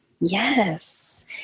Yes